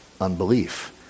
unbelief